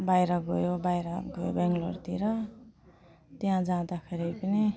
बाहिर गयो बाहिर बेङ्लोरतिर त्यहाँ जाँदा फेरि पनि